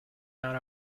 out